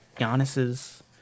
Giannis's